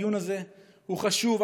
הדיון הזה הוא חשוב.